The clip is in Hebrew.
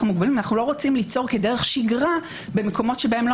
מוגבלים אנחנו לא רוצים ליצור כדרך שגרה במקומות שבהם לא